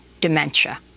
dementia